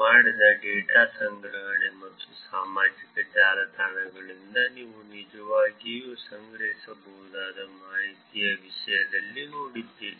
ಮಾಡಿದ ಡೇಟಾ ಸಂಗ್ರಹಣೆ ಮತ್ತು ಸಾಮಾಜಿಕ ಜಾಲತಾಣಗಳಿಂದ ನೀವು ನಿಜವಾಗಿಯೂ ಸಂಗ್ರಹಿಸಬಹುದಾದ ಮಾಹಿತಿಯ ವಿಷಯದಲ್ಲಿ ನೋಡಿದ್ದೀರಿ